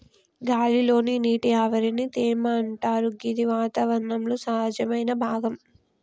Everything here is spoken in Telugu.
గాలి లోని నీటి ఆవిరిని తేమ అంటరు గిది వాతావరణంలో సహజమైన భాగం